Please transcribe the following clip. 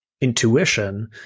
intuition